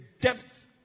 depth